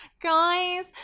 Guys